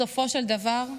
בסופו של דבר,